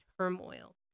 turmoil